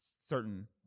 certain